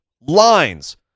lines